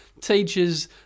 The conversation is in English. Teachers